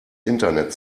internet